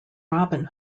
robin